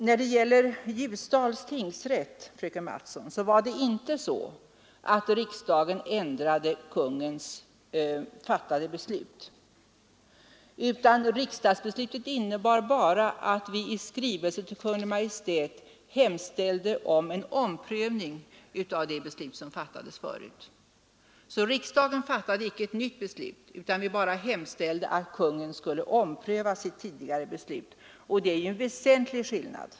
När det gäller Ljusdals tingsrätt, fröken Mattson, var det inte så att riksdagen ändrade ett av Kungl. Maj:t fattat beslut, utan riksdagsbeslutet innebar att vi i skrivelse till Kungl. Maj:t hemställde om en omprövning av det beslut som fattades tidigare. Riksdagen fattade alltså icke ett nytt beslut utan den bara hemställde att Kungl. Maj:t skulle ompröva sitt tidigare beslut, och det är ju en väsentlig skillnad.